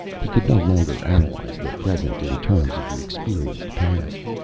he could no longer analyze the present in terms of the experienced past.